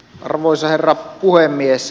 arvoisa herra puhemies